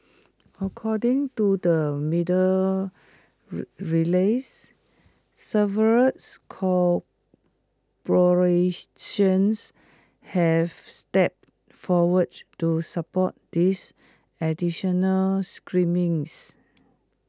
according to the media release several corporations have stepped forward to support these additional screenings